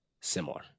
similar